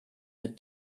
mit